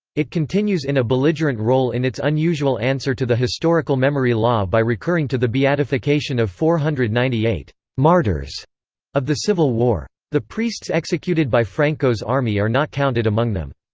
it continues in a belligerent role in its unusual answer to the historical memory law by recurring to the beatification of four hundred and ninety eight martyrs of the civil war. the priests executed by franco's army are not counted among them.